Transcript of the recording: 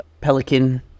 pelican